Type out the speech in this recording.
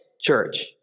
church